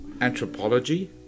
anthropology